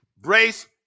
Brace